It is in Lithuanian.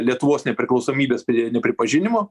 lietuvos nepriklausomybės nepripažinimo